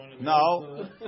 No